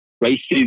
races